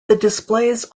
displays